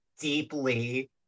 deeply